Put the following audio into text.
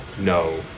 no